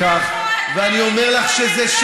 אין לנו דלק יותר.